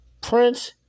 Prince